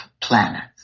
planets